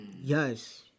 Yes